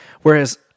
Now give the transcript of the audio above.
Whereas